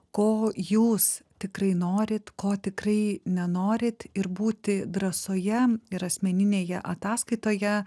ko jūs tikrai norit ko tikrai nenorit ir būti drąsoje ir asmeninėje ataskaitoje